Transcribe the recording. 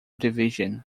division